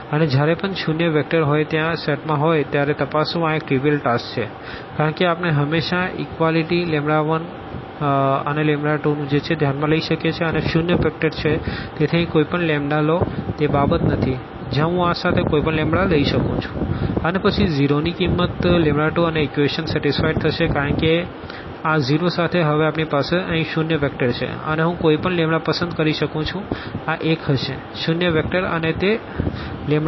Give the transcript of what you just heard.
અને જ્યારે પણ આ શૂન્ય વેક્ટર હોય ત્યાં સેટમાં હોય ત્યારે તપાસવું આ એક ટ્રીવિઅલ ટાસ્ક છે કારણ કે આપણે હંમેશા આ ઇક્વાલીટી10021200ધ્યાનમાં લઈ શકીએ છીએ અને શૂન્ય વેક્ટર છે તેથી અહીં કોઈપણ લેમ્બડા લો તે બાબત નથી જ્યાં હું આ સાથે કોઈપણ લેમ્બડા લઈ શકું છું અને પછી 0 ની કિંમત2અને ઇક્વેશન સેટીસફાઈડ થશે કારણ કે આ 0 સાથે હવે આપણી પાસે અહીં શૂન્ય વેક્ટર છે અને હું કોઈપણ પસંદ કરી શકું છું આ એક હશે શૂન્ય વેક્ટર અને તે 10001200છે